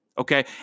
okay